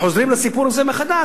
אנחנו חוזרים לסיפור הזה מחדש.